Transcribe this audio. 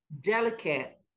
delicate